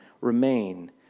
remain